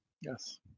Yes